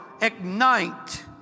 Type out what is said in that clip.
ignite